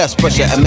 pressure